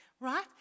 right